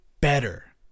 better